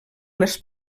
les